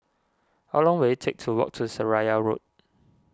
how long will it take to walk to Seraya Road